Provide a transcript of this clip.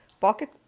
Pocket